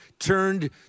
turned